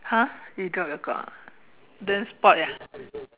!huh! you drop your clock ah then spoiled ah